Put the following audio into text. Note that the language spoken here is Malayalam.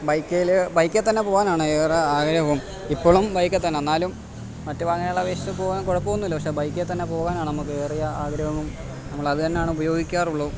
ബൈക്കിൽ ബൈക്കിൽ തന്നെ പോകാൻ ആണ് ഏറെ ആഗ്രഹവും ഇപ്പോഴും ബൈക്കിൽ തന്നെ എന്നാലും മറ്റു വാഹനങ്ങളെ അപേക്ഷിച്ചു പോകാൻ കുഴപ്പൊന്നുമില്ല പക്ഷേ ബൈക്കിൽ തന്നെ പോകാൻ ആണ് നമുക്ക് ഏറെ ആഗ്രഹവും നമ്മൾ അതു തന്നെ ആണ് ഉപയോഗിക്കാറുള്ളതും